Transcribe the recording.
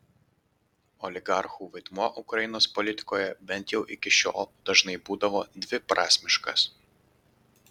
oligarchų vaidmuo ukrainos politikoje bent jau iki šiol dažnai būdavo dviprasmiškas